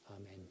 Amen